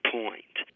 point